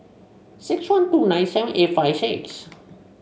six one two nine seven eight five six